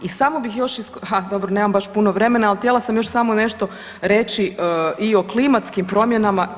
I samo bih još, dobro baš nemam još puno vremena, ali htjela sam još samo nešto reći i o klimatskim promjenama.